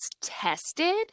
tested